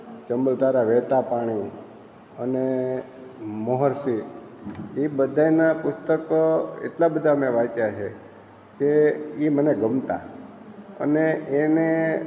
ચંબલ તારા વહેતા પાણી અને મોહર સિંહ એ બધાયના પુસ્તકો એટલા બધા મેં વાંચ્યા છે કે એ મને ગમતા અને એને